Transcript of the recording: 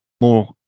more